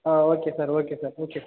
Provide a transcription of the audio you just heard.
ah okay sir okay sir okay